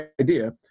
idea